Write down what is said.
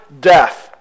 death